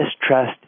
distrust